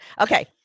Okay